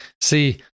See